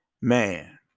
man